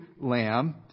lamb